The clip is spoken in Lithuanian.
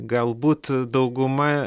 galbūt dauguma